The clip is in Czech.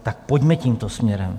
Tak pojďme tímto směrem.